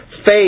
faith